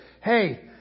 Hey